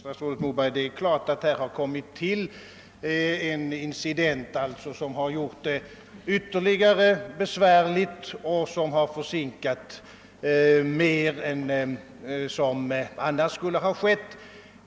Herr talman! Det är riktigt, statsrådet Moberg, att det inträffat en incident som gjort situationen ännu besvärligare och som har försinkat igångsättningen mer än vad som annars skulle ha blivit fallet.